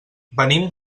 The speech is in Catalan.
venim